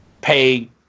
pay